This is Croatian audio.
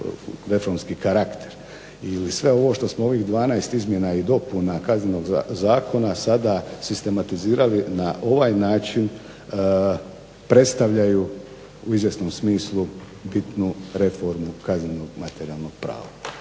reformski karakter. Ili sve ovo što smo ovih 12 izmjena i dopuna Kaznenog zakona sada sistematizirali na ovaj način predstavljaju u izvjesnom smislu bitnu reformu kaznenog materijalnog prava.